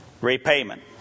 repayment